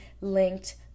linked